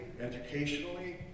educationally